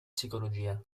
psicologia